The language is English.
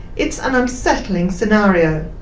it's an unsettling scenario,